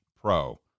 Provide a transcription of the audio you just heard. pro